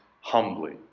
humbly